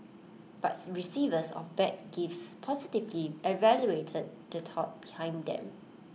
but receivers of bad gifts positively evaluated the thought behind them